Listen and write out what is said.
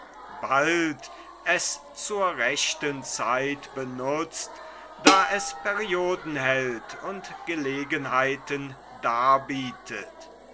bald es zur rechten zeit benutzt da es perioden hält und gelegenheiten darbietet